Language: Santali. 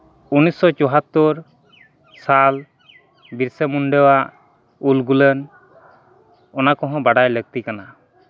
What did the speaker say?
ᱩᱱᱤᱥᱥᱚ ᱪᱳᱣᱟᱛᱛᱳᱨ ᱥᱟᱞ ᱵᱤᱨᱥᱟ ᱢᱩᱱᱰᱟᱹᱣᱟᱜ ᱩᱞᱜᱩᱞᱟᱱ ᱚᱱᱟ ᱠᱚᱦᱚᱸ ᱵᱟᱰᱟᱭ ᱞᱟᱹᱠᱛᱤ ᱠᱟᱱᱟ